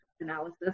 analysis